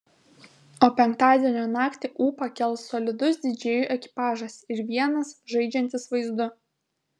o penktadienio naktį ūpą kels solidus didžėjų ekipažas ir vienas žaidžiantis vaizdu